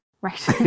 Right